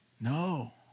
no